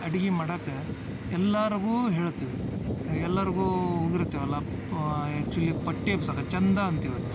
ಅಡಿಗೆ ಮಾಡಕ್ಕೆ ಎಲ್ಲಾರಿಗು ಹೇಳ್ತೀವಿ ಎಲ್ಲಾರಿಗು ಪ ಆ್ಯಕ್ಚುಲಿ ಪಟ್ಟಿ ಎಬ್ಸಕ ಚಂದ ಅಂತೀವಿ